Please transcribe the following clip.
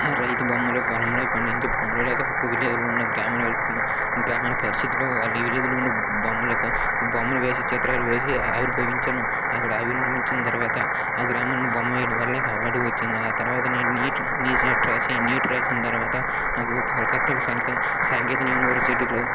రైతు బొమ్మలు పొలంలో పండించే బొమ్మలు లేకపోతే విలేజ్లో ఉన్న గ్రామాలు గ్రామాల పరిస్థితులు వాళ్ళు విలేజ్లో ఉండే బొమ్మలు యొక్క బొమ్మలు వేసి చిత్రాలు వేసి ఆవిర్భించాను అక్కడ ఆవిర్భవించిన తర్వాత ఆ గ్రామం బొమ్మ వేయడం వలన అవార్డు వచ్చింది ఆ తర్వాత నేను నీట్ నీసెట్ రాసి నీట్ రాసిన తర్వాత నాకు కలకత్తాలో శనికే శాంతినికేతన్ యూనివర్సిటీలో